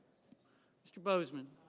mr. boseman.